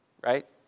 right